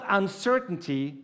uncertainty